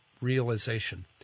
realization